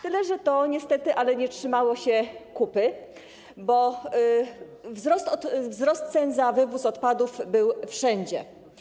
Tyle że to niestety nie trzymało się kupy, bo wzrost cen za wywóz odpadów był wszędzie.